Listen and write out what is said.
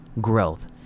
growth